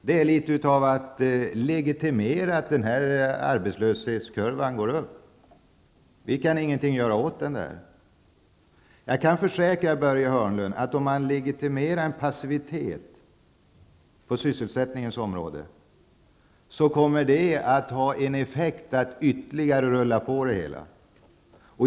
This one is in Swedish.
Det är litet grand att legitimera att arbetslöshetskurvan går upp och att man inte kan göra något åt den. Jag kan försäkra Börje Hörnlund att om man legitimerar en passivitet på sysselsättningens område kommer det att få till effekt att det hela rullar på.